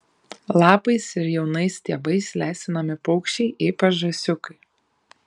lapais ir jaunais stiebais lesinami paukščiai ypač žąsiukai